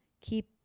keep